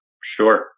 Sure